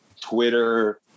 twitter